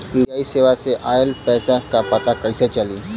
UPI सेवा से ऑयल पैसा क पता कइसे चली?